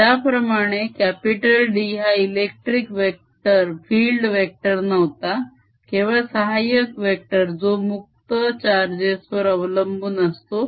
ज्याप्रमाणे D हा electric field vector नव्हता केवळ सहाय्यक वेक्टर जो मुक्त charges वर अवलंबून असतो